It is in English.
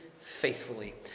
faithfully